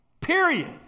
Period